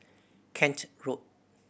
Kent Road